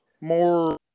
more